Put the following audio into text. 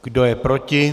Kdo je proti?